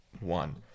one